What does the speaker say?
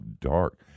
dark